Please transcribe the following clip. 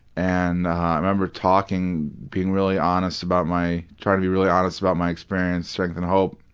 and i remember talking, being really honest about my trying to be really honest about my experience, strength and hope,